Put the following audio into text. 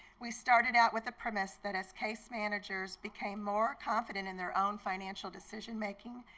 we started out with a premise that as case managers became more confident in their own financial decision making,